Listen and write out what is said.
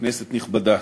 כנסת נכבדה,